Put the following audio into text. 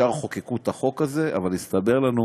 ישר חוקקו את החוק הזה, אבל הסתבר לנו